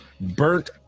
burnt